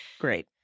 great